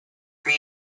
pre